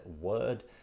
word